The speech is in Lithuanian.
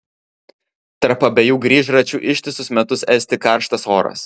tarp abiejų grįžračių ištisus metus esti karštas oras